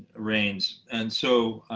reigns. and so